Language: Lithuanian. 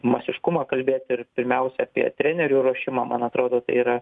masiškumą kalbėt ir pirmiausia apie trenerių ruošimą man atrodo tai yra